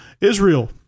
Israel